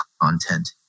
content